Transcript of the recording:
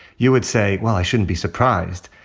you would say, well, i shouldn't be surprised.